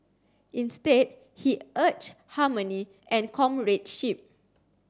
instead he urged harmony and comradeship